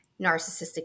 narcissistic